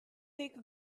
thick